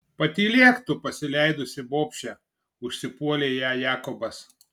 patylėk tu pasileidusi bobše užsipuolė ją jakobas